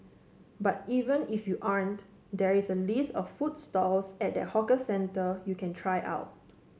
but even if you aren't there is a list of food stalls at that hawker centre you can try out